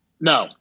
No